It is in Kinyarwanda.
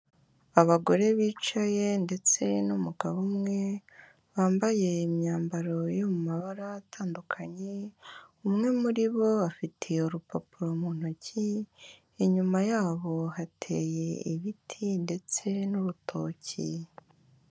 Abagore bicaye ndetse n'umugabo umwe bambaye imyambaro yo mu mabara atandukanye, umwe muri bo afite urupapuro mu ntoki. Inyuma yabo hateye ibiti ndetse n'urutoki.